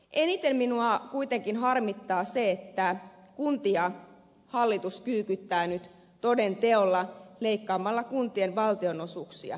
eniten minua kuitenkin harmittaa se että kuntia hallitus kyykyttää nyt toden teolla leikkaamalla kuntien valtionosuuksia